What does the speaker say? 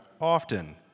often